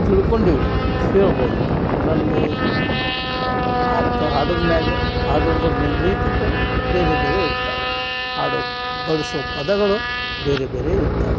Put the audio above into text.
ತಿಳ್ಕೊಂಡೀವಿ ಅಂತ ಹೇಳ್ಬೋದು ಅದರಲ್ಲಿ ಅವರು ಹಾಡ್ತು ಹಾಡುದ ಮ್ಯಾಲ ಹಾಡುದ್ರ ಮೇಲೆ ರೀತಿದು ಬೇರೆ ಬೇರೆ ಇರ್ತಾವೆ ಹಾಡೋ ಬಳಸೋ ಪದಗಳು ಬೇರೆ ಬೇರೆ ಇರ್ತಾವೆ